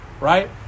right